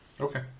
Okay